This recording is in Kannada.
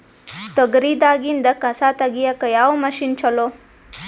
ತೊಗರಿ ದಾಗಿಂದ ಕಸಾ ತಗಿಯಕ ಯಾವ ಮಷಿನ್ ಚಲೋ?